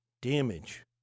damage